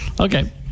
Okay